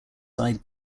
side